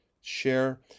share